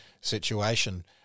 situation